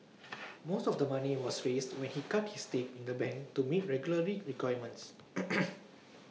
most of the money was raised when he cut his stake in the bank to meet regulatory requirements